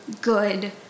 good